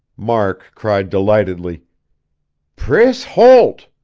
mark cried delightedly priss holt!